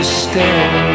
stay